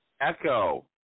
Echo